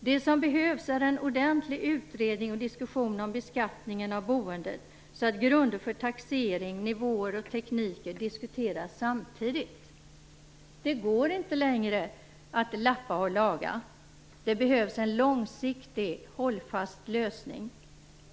Det som behövs är en ordentlig utredning av och diskussion om beskattningen av boendet, så att grunder för taxering, nivåer och tekniker diskuteras samtidigt. Det går inte längre att lappa och laga. Det behövs en långsiktig, hållfast lösning.